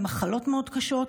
במחלות מאוד קשות,